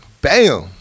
Bam